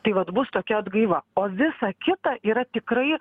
tai vat bus tokia atgaiva o visa kita yra tikrai